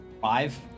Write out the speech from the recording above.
Five